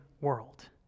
world